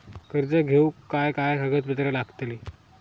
कर्ज घेऊक काय काय कागदपत्र लागतली?